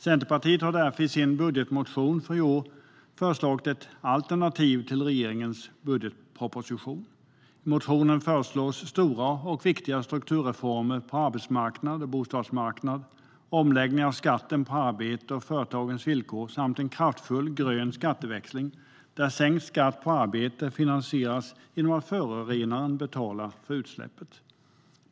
Centerpartiet har därför i sin budgetmotion för i år föreslagit ett alternativ till regeringens budgetproposition. I motionen föreslås stora och viktiga strukturreformer på arbetsmarknaden och på bostadsmarknaden, omläggningar av skatten på arbete och företagens villkor samt en kraftfull grön skatteväxling, där sänkt skatt på arbete finansieras genom att förorenaren betalar för utsläppen.